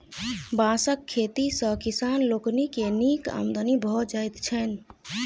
बाँसक खेती सॅ किसान लोकनि के नीक आमदनी भ जाइत छैन